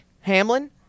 Hamlin